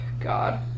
God